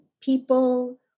people